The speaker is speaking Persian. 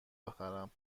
بخرم